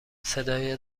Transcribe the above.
صدای